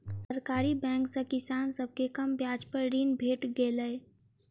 सरकारी बैंक सॅ किसान सभ के कम ब्याज पर ऋण भेट गेलै